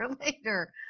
later